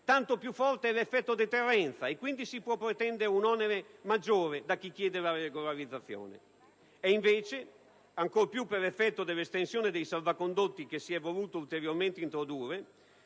tanto più forte è l'effetto deterrenza, per cui si può pretendere un onere maggiore da chi chiede la regolarizzazione. Invece, ancor più per effetto dell'estensione dei salvacondotti che si è voluto ulteriormente introdurre,